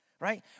Right